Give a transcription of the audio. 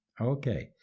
Okay